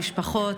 המשפחות,